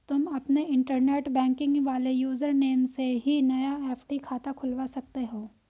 तुम अपने internet banking वाले यूज़र नेम से ही नया एफ.डी खाता खुलवा सकते हो